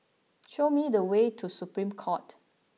show me the way to Supreme Court